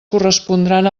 correspondran